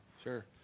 Sure